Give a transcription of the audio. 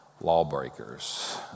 lawbreakers